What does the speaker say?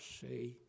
say